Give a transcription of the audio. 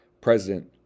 President